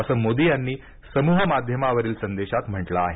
असं मोदी यांनी समूहमाध्यमावरील संदेशात म्हटलं आहे